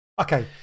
okay